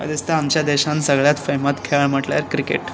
म्हाका दिसता आमच्या देशान सगळ्यान फेमस खेळ म्हणल्यार क्रिकेट